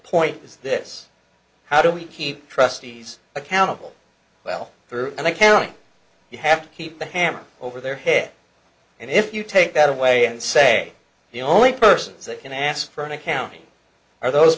point is this how do we keep trustees accountable well through an accounting you have to keep the hammer over their head and if you take that away and say the only persons that can ask for an accounting are those